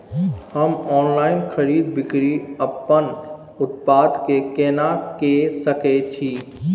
हम ऑनलाइन खरीद बिक्री अपन उत्पाद के केना के सकै छी?